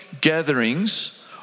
gatherings